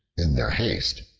in their haste,